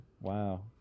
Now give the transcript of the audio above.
Wow